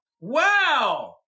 Wow